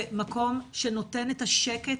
זה מקום שנותן את השקט,